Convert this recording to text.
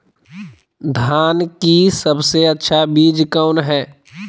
धान की सबसे अच्छा बीज कौन है?